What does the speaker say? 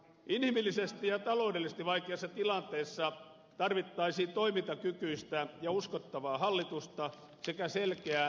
inhimillisesti ja taloudellisesti vaikeassa tilanteessa tarvittaisiin toimintakykyistä ja uskottavaa hallitusta sekä selkeää talouspoliittista linjaa